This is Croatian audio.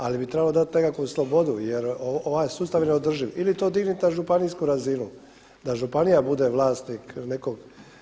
Ali bi trebalo dati nekakvu slobodu, jer ovaj sustav je neodrživ ili to dignut na županijsku razinu da županija bude vlasnik nekog.